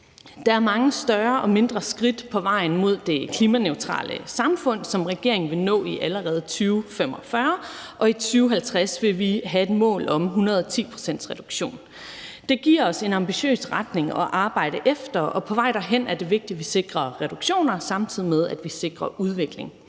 Der er mange større og mindre skridt på vejen mod det klimaneutrale samfund, som regeringen vil nå allerede i 2045, og for 2050 har vi et mål om 110 pct.s reduktion. Det giver os en ambitiøs retning at arbejde efter, og på vej derhen er det vigtigt, at vi sikrer reduktioner, samtidig med at vi sikrer udvikling.